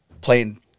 playing